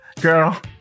girl